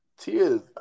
Tia